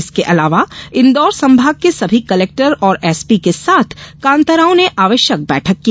इसके अलावा इंदौर संभाग के सभी कलेक्टर और एसपी के साथ कांताराव ने आवश्यक बैठक की